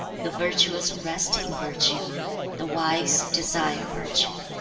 the virtuous rest in virtue the wise desire virtue